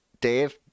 Dave